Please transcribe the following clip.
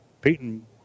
Peyton